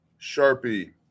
Sharpie